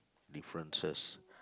differences